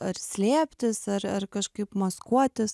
ar slėptis ar ar kažkaip maskuotis